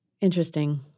Interesting